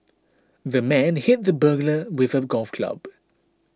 the man hit the burglar with a golf club